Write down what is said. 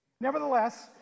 Nevertheless